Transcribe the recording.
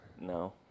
No